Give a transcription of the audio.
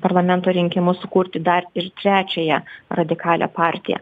parlamento rinkimus sukurti dar ir trečiąją radikalią partiją